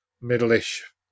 middle-ish